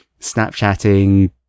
snapchatting